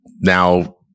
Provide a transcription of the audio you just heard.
now